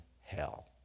hell